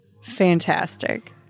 fantastic